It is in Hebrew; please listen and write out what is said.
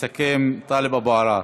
ויסכם, טלב אבו עראר.